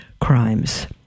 crimes